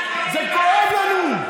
זה כואב לנו.